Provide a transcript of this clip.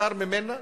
נפטר ממנה